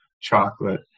chocolate